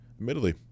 Admittedly